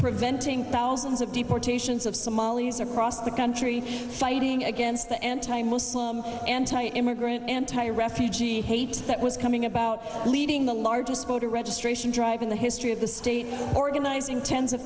preventing thousands of deportations of somalis or process the country fighting against the anti muslim anti immigrant anti refugee hate that was coming about leading the largest voter registration drive in the history of the state organizing tens of